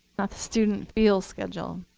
not the student feel schedule.